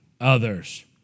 others